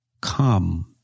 come